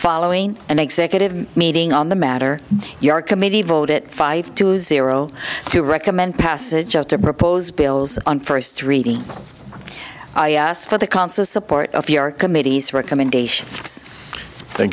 following an executive meeting on the matter your committee vote it five to zero to recommend passage of their proposed bills on first reading i asked for the consul support of your committee's recommendations th